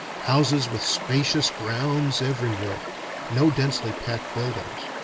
houses with spacious grounds everywhere no densely-packed buildings.